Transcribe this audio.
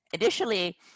initially